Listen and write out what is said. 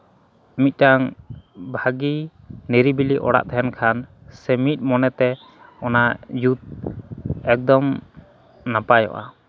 ᱢᱤᱫᱴᱟᱝ ᱵᱷᱟᱹᱜᱤ ᱱᱤᱨᱤᱵᱤᱞᱤ ᱚᱲᱟᱜ ᱛᱟᱦᱮᱱ ᱠᱷᱟᱱ ᱥᱮ ᱢᱤᱫ ᱢᱚᱱᱮᱛᱮ ᱚᱱᱟ ᱡᱩᱛ ᱮᱠᱫᱚᱢ